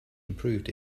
improved